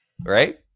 right